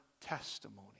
testimony